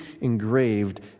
engraved